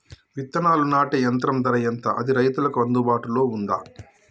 విత్తనాలు నాటే యంత్రం ధర ఎంత అది రైతులకు అందుబాటులో ఉందా?